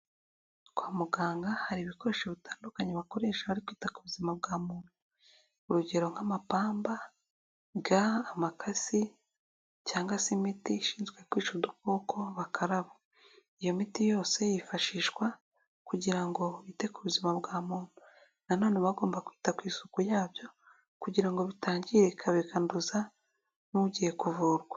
Kwa muganga hari ibikoresho bitandukanye bakoresha bari kwita ku buzima bwa muntu, urugero nk'amapamba ga amakasi, cyangwa se imiti ishinzwe kwica udukoko bakaraba. Iyo miti yose yifashishwa kugira ngo wite ku buzima bwa muntu, nanone bagomba kwita ku isuku yabyo kugira ngo bitangirika bikanduza n'ugiye kuvurwa.